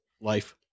life